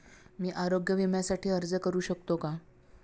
मी आरोग्य विम्यासाठी अर्ज करू शकतो का?